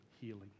healing